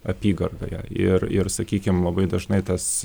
apygardoje ir ir sakykim labai dažnai tas